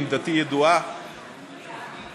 עמדתי ידועה וברורה.